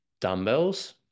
dumbbells